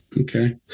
Okay